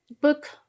book